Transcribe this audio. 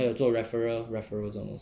还有做 referrer referrer 这种东西